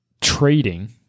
trading